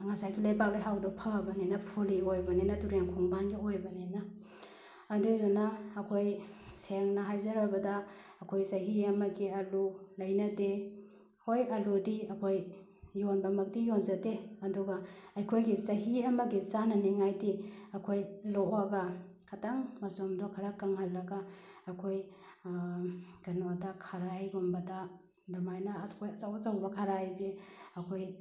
ꯉꯁꯥꯏꯒꯤ ꯂꯩꯕꯥꯛ ꯂꯩꯍꯥꯎꯗꯣ ꯐꯕꯅꯤꯅ ꯐꯣꯜꯂꯤ ꯑꯣꯏꯕꯅꯤꯅ ꯇꯨꯔꯦꯟ ꯈꯣꯡꯕꯥꯟꯒ ꯑꯣꯏꯕꯅꯤꯅ ꯑꯗꯨꯏꯗꯨꯅ ꯑꯩꯈꯣꯏ ꯁꯦꯡꯅ ꯍꯥꯏꯖꯔꯕꯗ ꯑꯩꯈꯣꯏ ꯆꯍꯤ ꯑꯃꯒꯤ ꯑꯜꯂꯨ ꯂꯩꯅꯗꯦ ꯍꯣꯏ ꯑꯜꯂꯨꯗꯤ ꯑꯩꯈꯣꯏ ꯌꯣꯟꯕꯃꯛꯇꯤ ꯌꯣꯟꯖꯗꯦ ꯑꯗꯨꯒ ꯑꯩꯈꯣꯏꯒꯤ ꯆꯍꯤ ꯑꯃꯒꯤ ꯆꯥꯅꯅꯤꯡꯉꯥꯏꯗꯤ ꯑꯩꯈꯣꯏ ꯂꯣꯛꯑꯒ ꯈꯇꯪ ꯃꯆꯨꯝꯗꯣ ꯈꯔ ꯀꯪꯍꯜꯂꯒ ꯑꯩꯈꯣꯏ ꯀꯩꯅꯣꯗ ꯈꯔꯥꯏꯒꯨꯝꯕꯗ ꯑꯗꯨꯃꯥꯏꯅ ꯑꯩꯈꯣꯏ ꯑꯆꯧ ꯑꯆꯧꯕ ꯈꯔꯥꯏꯁꯦ ꯑꯩꯈꯣꯏ